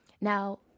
Now